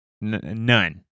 None